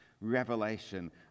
revelation